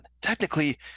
technically